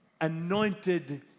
anointed